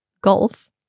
golf